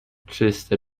czyste